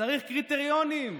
צריך קריטריונים,